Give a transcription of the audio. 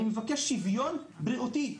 אני מבקש שוויון בריאותי.